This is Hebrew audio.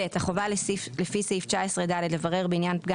(ב) החובה לפי סעיף 19(ד) לברר בעניין פגם